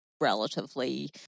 relatively